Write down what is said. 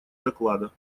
доклада